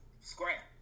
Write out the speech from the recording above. scrap